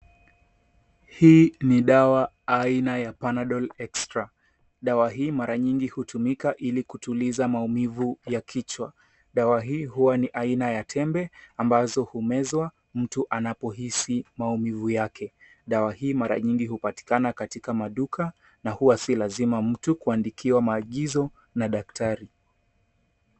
Hii ni dawa aina ya Panadol Extra. Dawa hii mara nyingi hutumika ili kutuliza maumivu ya kichwa. Dawa hii huwa ni aina ya tembe ambazo humezwa mtu anapohisi maumivu yake. Dawa hii mara nyingi hupatikana katika maduka na huwa si lazima mtu kuandikiwa maagizo na daktari.